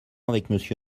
avec